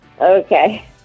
okay